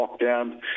lockdown